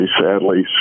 sadly